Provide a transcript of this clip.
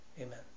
Amen